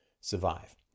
survive